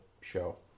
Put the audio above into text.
show